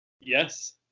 Yes